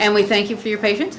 and we thank you for your patience